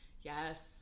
Yes